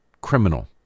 criminal